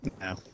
No